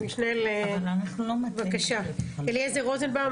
אליעזר רוזנבאום,